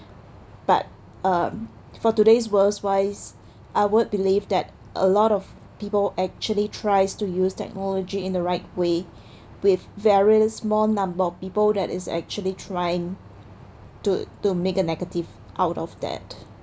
but um for today's world wise I would believe that a lot of people actually tries to use technology in the right way with various more number of people that is actually trying to to making a negative out of that